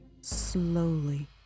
slowly